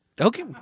Okay